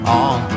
on